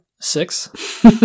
six